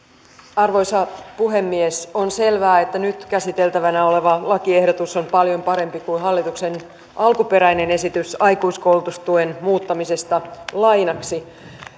arvoisa puhemies on selvää että nyt käsiteltävänä oleva lakiehdotus on paljon parempi kuin hallituksen alkuperäinen esitys aikuiskoulutustuen muuttamisesta lainaksi